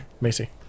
Macy